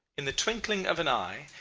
in the twinkling of an eye,